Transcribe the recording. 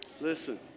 Listen